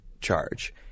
charge